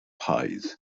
pies